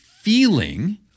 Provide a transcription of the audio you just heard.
feeling